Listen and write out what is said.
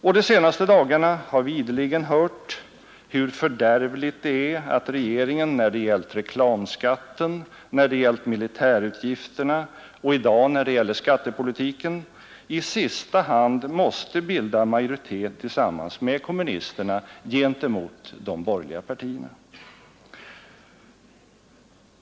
Och de senaste dagarna har vi ideligen hört här i riksdagen hur fördärvligt det är att regeringen när det gällt reklamskatten, när det gällt militärutgifterna och i dag när det gäller skattepolitiken i sista hand måste bilda majoritet tillsammans med kommunisterna gentemot de borgerliga partierna.